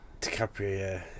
DiCaprio